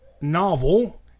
novel